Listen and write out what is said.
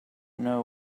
know